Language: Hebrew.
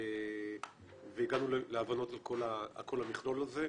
והגענו להבנות על כל המכלול הזה.